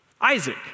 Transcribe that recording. Isaac